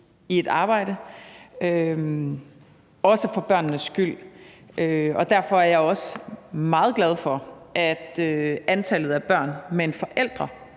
i et arbejde, også for børnenes skyld. Derfor er jeg også meget glad for, at antallet af børn med en forælder